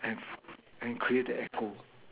and and create the echo